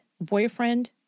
boyfriend